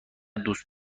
دوست